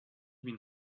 been